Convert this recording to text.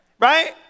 Right